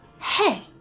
Hey